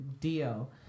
deal